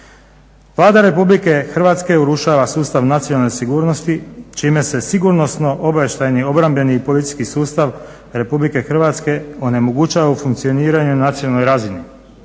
Vlada RH urušava sustav nacionalne sigurnosti čime se sigurnosno-obavještajni obrambeni i policijski sustav RH onemogućava u funkcioniranju na nacionalnoj razini